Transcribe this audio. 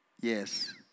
Yes